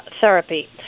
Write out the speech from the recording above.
therapy